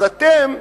אז אתם,